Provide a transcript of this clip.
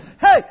Hey